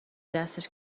دستش